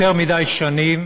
יותר מדי שנים